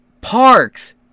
parks